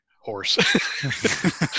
Horse